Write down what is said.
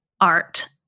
art